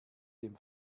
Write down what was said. dem